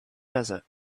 desert